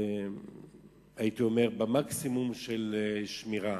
הייתי אומר, במקסימום של שמירה.